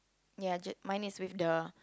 ya just mine is with the